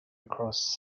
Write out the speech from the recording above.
across